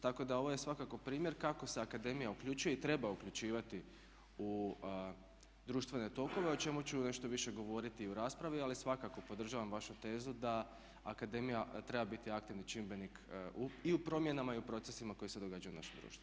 Tako da ovo je svako primjer kako se akademija uključuje i treba uključivati u društvene tokove o čemu ću nešto više govoriti u raspravi ali svakako podržavam vašu tezu da akademija treba biti aktivni čimbenik i u promjenama i u procesima koji se događaju u našem društvu.